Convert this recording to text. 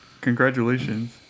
congratulations